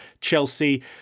Chelsea